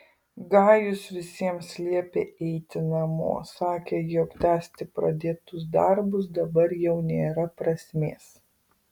gajus visiems liepė eiti namo sakė jog tęsti pradėtus darbus dabar jau nėra prasmės